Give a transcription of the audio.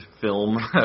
film